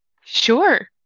Sure